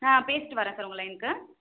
நான் பேசிவிட்டு வரேன் சார் உங்கள் லைன்க்கு